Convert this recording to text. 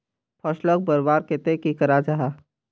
फसलोक बढ़वार केते की करा जाहा?